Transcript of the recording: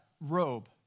robe